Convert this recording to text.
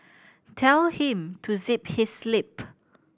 tell him to zip his lip